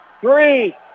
Three